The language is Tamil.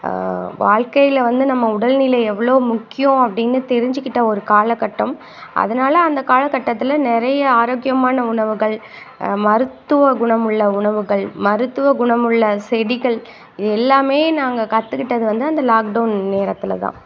வாழ்க்கையில் வந்து நம்ம உடல்நிலை எவ்வளோ முக்கியம் அப்படின்னு தெரிஞ்சிக்கிட்ட ஒரு காலக்கட்டம் அதனால் அந்த காலக்கட்டத்தில் நிறைய ஆரோக்கியமான உணவுகள் மருத்துவ குணமுள்ள உணவுகள் மருத்துவ குணமுள்ள செடிகள் இது எல்லாமே நாங்கள் கற்றுக்கிட்டது வந்து அந்த லாக்டவுன் நேரத்தில் தான்